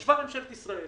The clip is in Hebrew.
ישבה ממשלת ישראל